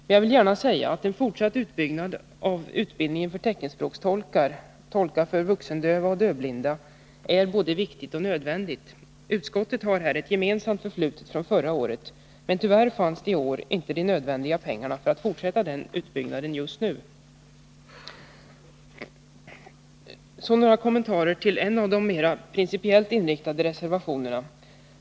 Men jag vill gärna säga att en fortsatt utbyggnad av utbildningen av teckenspråkstolkar, tolkar för vuxendöva och dövblinda är både viktig och nödvändig. Utskottet har här ett gemensamt förflutet från förra året. Tyvärr finns inte i år de nödvändiga pengarna för att just nu fortsätta den utbyggnaden. Så några kommentarer till en av de mer principiellt inriktade reservationerna.